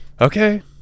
Okay